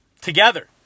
Together